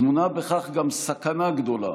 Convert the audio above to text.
טמונה בכך גם סכנה גדולה